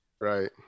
Right